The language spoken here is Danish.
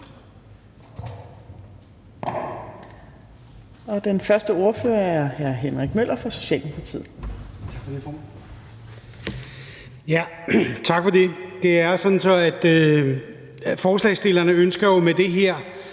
Den første ordfører er hr. Henrik Møller fra Socialdemokratiet.